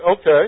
okay